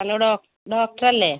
hello doctor doctor അല്ലേ